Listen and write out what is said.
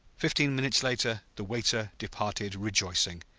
fifteen minutes later the waiter departed rejoicing,